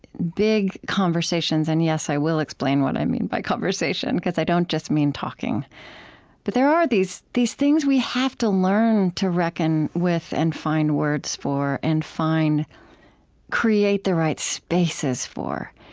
big conversations. and yes, i will explain what i mean by conversation because i don't just mean talking but there are these these things we have to learn to reckon with and find words for and create the right spaces for.